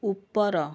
ଉପର